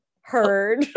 heard